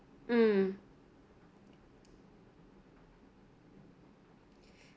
mm